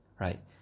right